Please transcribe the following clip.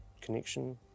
connection